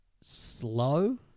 slow